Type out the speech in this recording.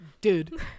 Dude